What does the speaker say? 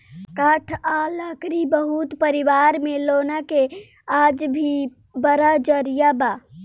काठ आ लकड़ी बहुत परिवार में लौना के आज भी बड़ा जरिया बा